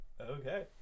Okay